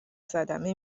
صدمه